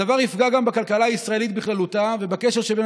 הדבר יפגע גם בכלכלה הישראלית בכללותה ובקשר שבין